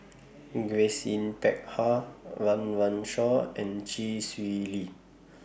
Grace Yin Peck Ha Run Run Shaw and Chee Swee Lee